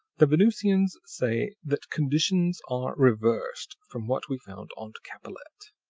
the venusians say that conditions are reversed from what we found on capellette.